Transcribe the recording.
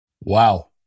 Wow